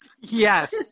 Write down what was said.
Yes